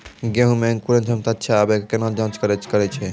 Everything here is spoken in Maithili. गेहूँ मे अंकुरन क्षमता अच्छा आबे केना जाँच करैय छै?